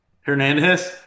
Hernandez